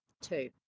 two